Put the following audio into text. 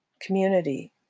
community